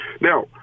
Now